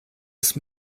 ist